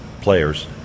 players